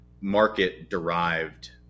market-derived